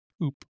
poop